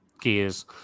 gears